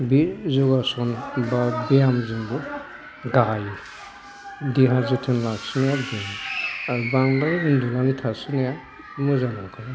बे यगासन एबा ब्यामजोंबो गायो देहा जोथोन लाखिनाया आरो बांद्राय उन्दुनानै थासोनाया मोजां नंखाया